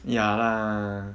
ya lah